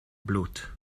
blut